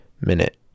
minute